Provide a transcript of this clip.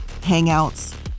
hangouts